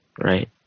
Right